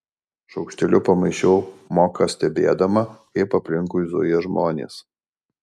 šaukšteliu pamaišiau moką stebėdama kaip aplinkui zuja žmonės